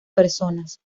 personas